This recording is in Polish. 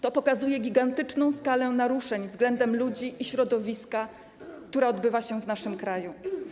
To pokazuje gigantyczną skalę naruszeń względem ludzi i środowiska, która odbywa się w naszym kraju.